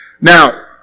Now